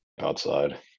Outside